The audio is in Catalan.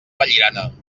vallirana